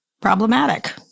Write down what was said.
problematic